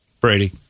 Brady